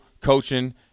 coaching –